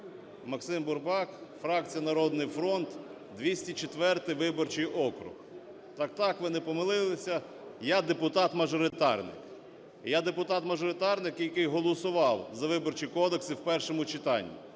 Максим Бурбак, фракція "Народний фронт", 204-й виборчий округ. Так-так, ви не помилилися, я – депутат-мажоритарник. Я – депутат-мажоритарник, який голосував за Виборчий кодекс і в першому читанні,